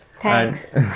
Thanks